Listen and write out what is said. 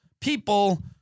people